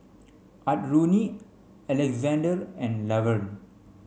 Audrina Alexzander and Lavern